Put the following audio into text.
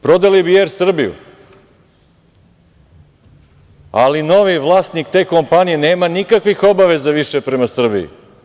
Prodali bi i „Er Srbiju“, ali novi vlasnik te kompanije nema nikakvih obaveza više prema Srbiji.